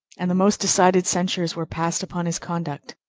and the most decided censures were passed upon his conduct.